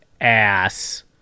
ass